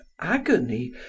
agony